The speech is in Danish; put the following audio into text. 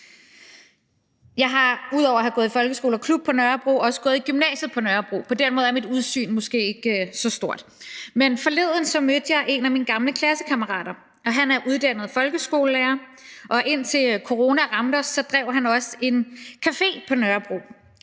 Jeg har ud over at have gået i folkeskole og klub på Nørrebro også gået i gymnasiet på Nørrebro, så på den måde er mit udsyn måske ikke så stort. Men forleden mødte jeg en af mine gamle klassekammerater, som er uddannet folkeskolelærer, og indtil corona ramte os, drev han også en café på Nørrebro.